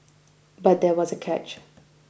but there was a catch